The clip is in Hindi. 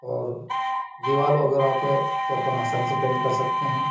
और दीवाल वगैरह पे तो अपन आसानी से पेंट कर सकते हैं